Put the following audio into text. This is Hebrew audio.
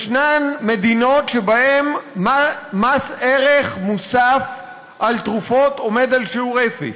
ישנן מדינות שבהן מס ערך מוסף על תרופות עומד על שיעור אפס.